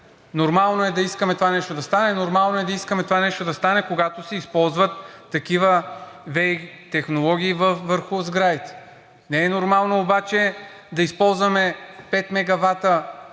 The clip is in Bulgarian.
Нормално е да искаме това нещо да стане, когато се използват такива ВЕИ технологии върху сградите. Не е нормално, обаче да използваме пет мегавата